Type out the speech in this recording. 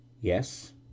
Yes